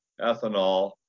ethanol